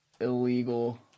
Illegal